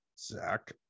Zach